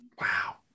wow